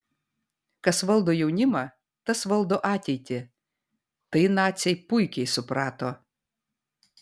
kas valdo jaunimą tas valdo ateitį tai naciai puikiai suprato